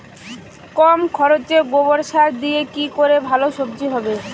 কম খরচে গোবর সার দিয়ে কি করে ভালো সবজি হবে?